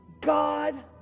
God